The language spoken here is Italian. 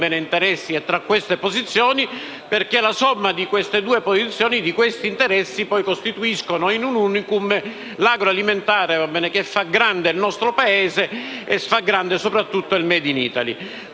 interessi e queste posizioni, perché la somma di queste posizioni e di questi interessi costituisce, in un *unicum*, l'agroalimentare che fa grande il nostro Paese e che fa grande soprattutto il *made in Italy*.